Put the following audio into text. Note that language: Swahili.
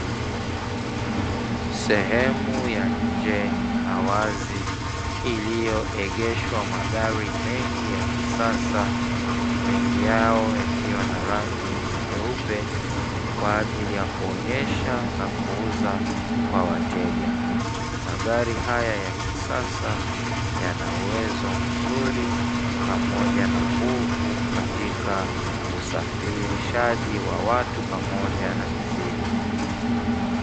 Sehemu ya nje ya wazi, iliyoegeshwa magari mengi ya kisasa, mengi yao yakiwa na rangi nyeupe, kwa ajili ya kuonyesha na kuuza kwa wateja. Magari haya ya kisasa, yana uwezo mzuri pamoja na nguvu katika usafirishaji wa watu pamoja na mizigo.